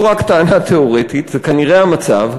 וזו לא רק טענה תיאורטית אלא זה כנראה המצב,